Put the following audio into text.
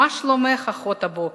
"מה שלומך, אחות, הבוקר,